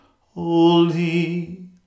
Holy